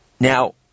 Now